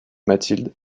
mathilde